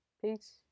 Peace